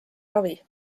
ravi